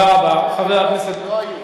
לא היו קורסות,